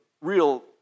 real